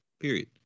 Period